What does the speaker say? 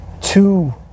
two